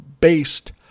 based